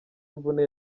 imvune